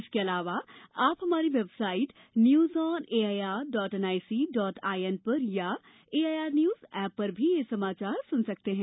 इसके अलावा आप हमारी website news on A I R dot N I C dot I N पर अथवा A I R news app पर भी समाचार सुन सकते हैं